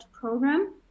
program